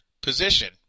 position